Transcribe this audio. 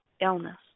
illness